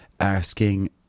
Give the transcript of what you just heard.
asking